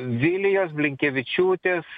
vilijos blinkevičiūtės